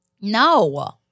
No